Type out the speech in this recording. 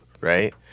right